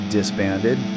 Disbanded